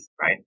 right